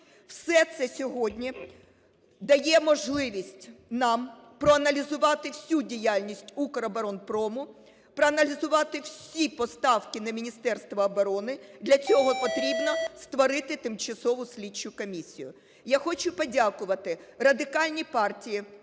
Все це сьогодні дає можливість нам проаналізувати всю діяльність "Укроборонпрому", проаналізувати всі поставки на Міністерство оброни, для цього потрібно створити тимчасову слідчу комісію. Я хочу подякувати Радикальній партії